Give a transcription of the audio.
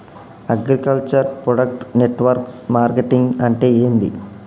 Agriculture product network marketing అంటే ఏంది?